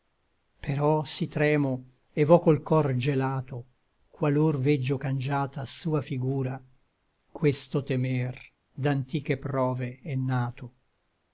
sfide però s'i tremo et vo col cor gelato qualor veggio cangiata sua figura questo temer d'antiche prove è nato